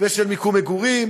ושל מקום מגורים